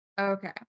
Okay